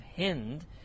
Hind